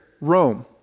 Rome